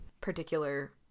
particular